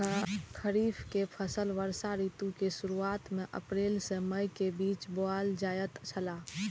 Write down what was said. खरीफ के फसल वर्षा ऋतु के शुरुआत में अप्रैल से मई के बीच बौअल जायत छला